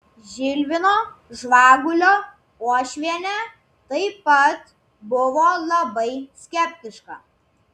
žilvino žvagulio uošvienė taip pat buvo labai skeptiška